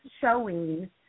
showing